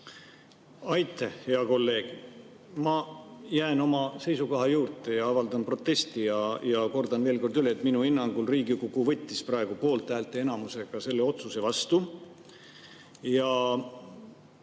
Aitäh, hea kolleeg! Ma jään oma seisukoha juurde ja avaldan protesti ja kordan veel kord üle, et minu hinnangul Riigikogu võttis praegu poolthäälte enamusega selle otsuse vastu.